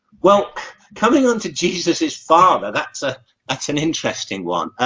well coming on to jesus is farmer. that's a that's an interesting one